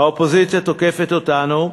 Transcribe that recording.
האופוזיציה תוקפת אותנו,